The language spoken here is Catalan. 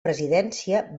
presidència